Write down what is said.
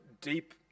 deep